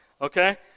okay